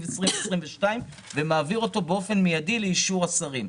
2022 ומעביר אותו באופן מיידי לאישור השרים.